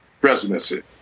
presidency